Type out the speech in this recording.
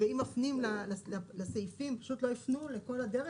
ואם מפנים לסעיפים פשוט לא הפנו לכל הדרך.